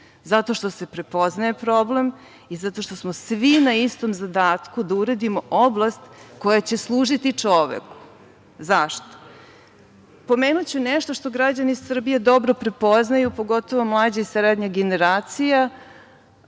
zato što se prepoznaje problem i zato što smo svi na istom zadatku, da uredimo oblast koja će služiti čoveku. Zašto? Pomenuću nešto što građani Srbije dobro prepoznaju, pogotovo mlađa i srednja generacija,